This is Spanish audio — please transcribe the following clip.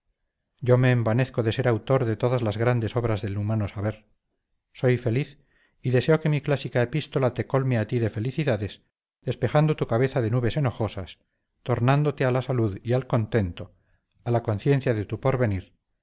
yo me envanezco de ser autor de todas las grandes obras del humano saber soy feliz y deseo que mi clásica epístola te colme a ti de felicidades despejando tu cabeza de nubes enojosas tornándote a la salud y al contento a la conciencia de tu porvenir